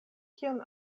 kion